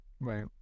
right